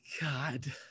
God